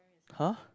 [huh]